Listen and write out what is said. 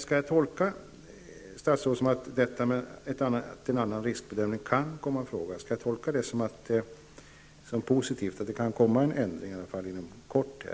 Skall jag tolka statsrådets uttalande att en annan riskbedömning kan komma i fråga positivt, nämligen så att det här kan bli en ändring inom kort,